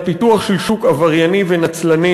אלא פיתוח של שוק עברייני ונצלני